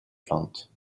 plantes